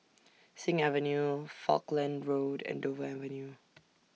Sing Avenue Falkland Road and Dover Avenue